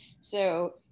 So-